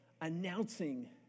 announcing